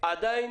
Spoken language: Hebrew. עדיין